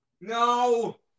No